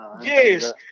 Yes